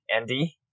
Andy